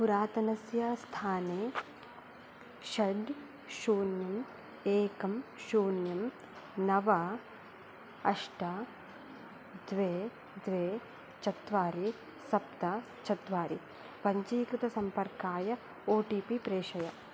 पुरातनस्य स्थाने षट् शून्यं एकं शून्यं नव अष्ट द्वे द्वे चत्वारि सप्त चत्वारि पञ्जीकृतसम्पर्काय ओ टि पि प्रेषय